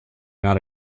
not